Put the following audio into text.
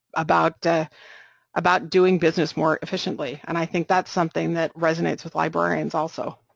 about ah about doing business more efficiently, and i think that's something that resonates with librarians also.